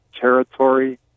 territory